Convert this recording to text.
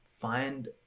find